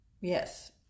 Yes